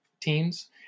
teams